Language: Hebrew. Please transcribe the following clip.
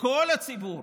לכל הציבור